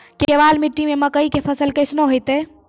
केवाल मिट्टी मे मकई के फ़सल कैसनौ होईतै?